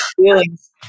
feelings